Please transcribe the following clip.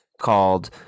called